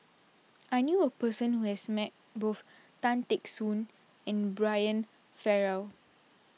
I knew a person who has met both Tan Teck Soon and Brian Farrell